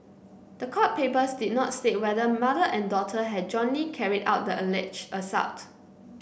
the court papers did not state whether mother and daughter had jointly carried out the alleged assault